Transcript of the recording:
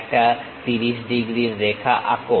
একটা 30 ডিগ্রীর রেখা আঁক